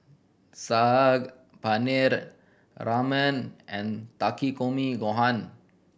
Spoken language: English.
Saag Paneer Ramen and Takikomi Gohan